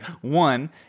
One